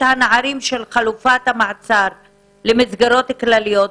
הנערים של חלופת המעצר למסגרות כלליות,